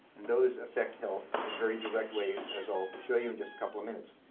and those affect health in very direct ways as i'll show you in just a couple of minutes.